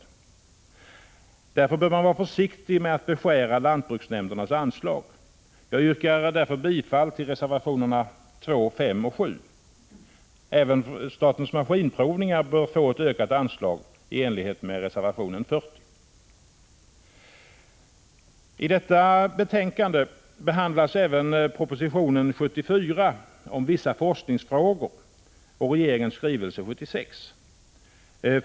Av det skälet bör man vara försiktig med att beskära lantbruksnämndernas anslag. Jag yrkar därför bifall till reservationerna 2, 5 och 10. Även statens maskinprovningar bör få ett ökat anslag, i enlighet med reservation 40. I detta betänkande behandlas även propositionen 74 om vissa forskningsfrågor och regeringens skrivelse 76.